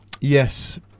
Yes